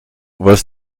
was